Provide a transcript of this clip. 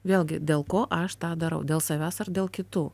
vėlgi dėl ko aš tą darau dėl savęs ar dėl kitų